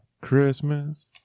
Christmas